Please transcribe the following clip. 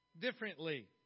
differently